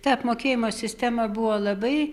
ta apmokėjimo sistema buvo labai